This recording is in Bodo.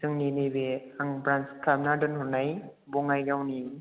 जोंनि नैबे आं ब्रान्स खालामना दोनहरनाय बङाइगावनि